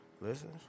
listen